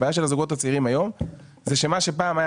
הבעיה של הזוגות הצעירים היום זה שמה שפעם היה